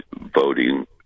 voting –